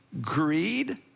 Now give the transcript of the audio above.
greed